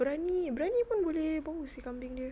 biryani biryani pun boleh bau seh kambing dia